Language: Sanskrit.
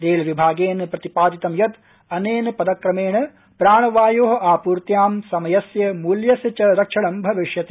रेल विभागेन प्रतिपादितं यत् अनेने पदक्रमेण प्राणावायो आपूर्त्यां समयस्य मूल्यस्य च रक्षणं भविष्यति